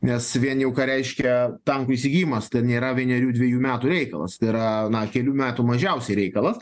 nes vien jau ką reiškia tankų įsigijimas tai nėra vienerių dvejų metų reikalas tai yra na kelių metų mažiausiai reikalas